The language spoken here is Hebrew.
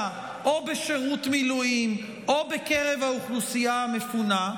או בשירות מילואים או בקרב האוכלוסייה המפונה,